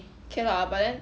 okay lah but then